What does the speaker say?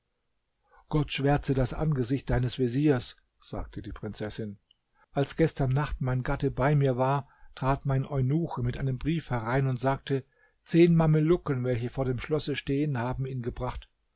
gott schwärze das angesicht deines veziers sagte die prinzessin als gestern nacht mein gatte bei mir war trat mein eunuche mit einem brief herein und sagte zehn mamelucken welche vor dem schlosse stehen haben ihn gebracht